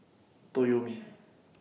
Toyomi